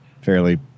fairly